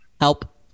help